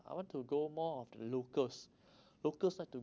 I want to go more of the locals local like to